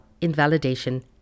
invalidation